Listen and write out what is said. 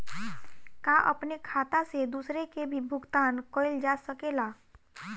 का अपने खाता से दूसरे के भी भुगतान कइल जा सके ला?